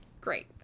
great